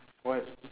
what